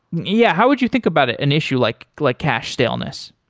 yeah, how would you think about an issue like like cache staleness?